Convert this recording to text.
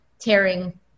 tearing